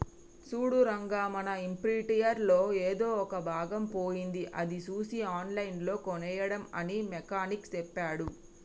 సూడు రంగా మన ఇంప్రింటర్ లో ఎదో ఒక భాగం పోయింది అది సూసి ఆన్లైన్ లో కోనేయండి అని మెకానిక్ సెప్పాడు